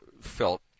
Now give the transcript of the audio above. felt